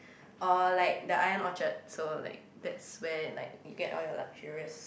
or like the Ion-Orchard so like that's where like you get all your luxurious